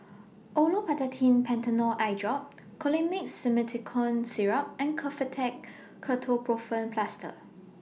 Olopatadine Patanol Eyedrop Colimix Simethicone Syrup and Kefentech Ketoprofen Plaster